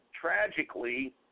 tragically